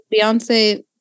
Beyonce